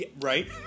Right